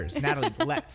Natalie